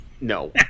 no